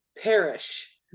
perish